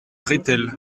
rethel